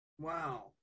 Wow